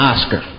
Oscar